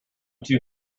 too